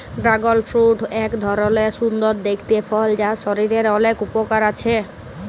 dragon fruit এক ধরলের সুন্দর দেখতে ফল যার শরীরের অলেক উপকার আছে